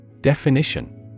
Definition